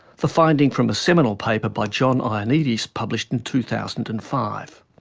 the findings from a seminal paper by john ioannidis published in two thousand and five.